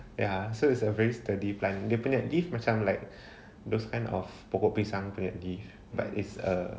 ya so it's a very sturdy plant dia punya leaf macam like those kind of pokok pisang punya leaves but it's err